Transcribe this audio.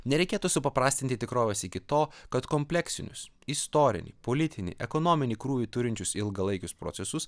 nereikėtų supaprastinti tikrovės iki to kad kompleksinius istorinį politinį ekonominį krūvį turinčius ilgalaikius procesus